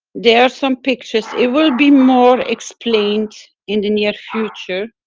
they are some pictures, it will be more explained in the near future,